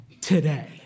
today